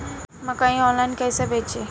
मकई आनलाइन कइसे बेची?